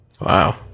Wow